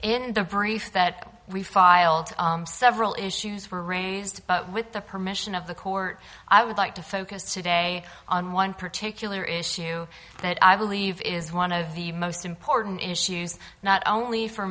the brief that we filed several issues were raised with the permission of the court i would like to focus today on one particular issue that i believe is one of the most important issues not only for